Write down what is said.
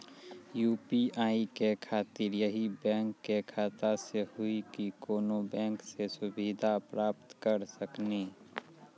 UPI के खातिर यही बैंक के खाता से हुई की कोनो बैंक से सुविधा प्राप्त करऽ सकनी?